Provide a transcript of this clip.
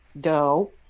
dough